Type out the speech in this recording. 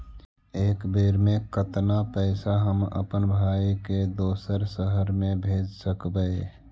एक बेर मे कतना पैसा हम अपन भाइ के दोसर शहर मे भेज सकबै?